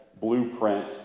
blueprint